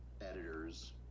editors